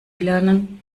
lernen